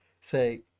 say